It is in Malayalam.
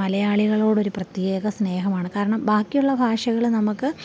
മലയാളികളോടൊരു പ്രത്യേക സ്നേഹമാണ് കാരണം ബാക്കിയുള്ള ഭാഷകൾ നമുക്ക്